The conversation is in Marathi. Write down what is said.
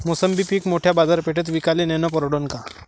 मोसंबी पीक मोठ्या बाजारपेठेत विकाले नेनं परवडन का?